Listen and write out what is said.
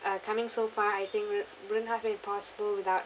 uh coming so far I think would wouldn't have been possible without